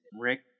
Rick